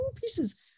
pieces